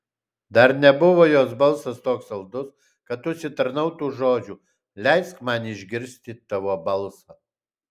dar nebuvo jos balsas toks saldus kad užsitarnautų žodžių leisk man išgirsti tavo balsą